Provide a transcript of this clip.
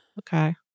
Okay